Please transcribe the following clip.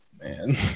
Man